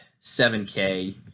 7K